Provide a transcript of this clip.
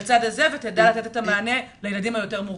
להתגמש לצד הזה ולתת מענה לילדים היותר מורכבים.